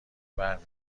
برمی